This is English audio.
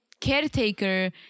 caretaker